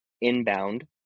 inbound